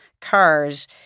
cars